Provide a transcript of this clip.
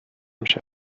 میشه